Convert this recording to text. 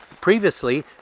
previously